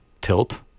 tilt